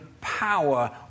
power